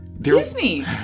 Disney